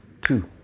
two